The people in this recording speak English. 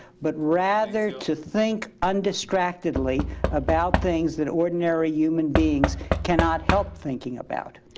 but rather to think undistractedly about things that ordinary human beings can not help thinking about.